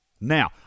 now